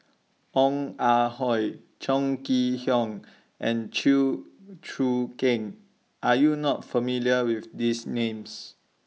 Ong Ah Hoi Chong Kee Hiong and Chew Choo Keng Are YOU not familiar with These Names